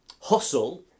hustle